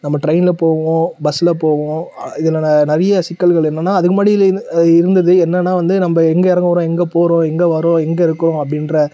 நம்ம ட்ரெயினில் போவோம் பஸ்ஸில் போவோம் இதுலல்லா நிறைய சிக்கல்கள் என்னென்னா அதுக்கு முன்னாடி இருந்தது என்னென்னா வந்து நம்ம எங்கே இறங்கப் போகிறோம் எங்கே போகிறோம் எங்கே வரோம் எங்கே இருக்கோம் அப்படின்ற